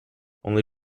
only